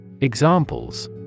Examples